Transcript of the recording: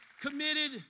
committed